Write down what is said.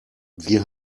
wir